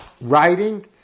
writing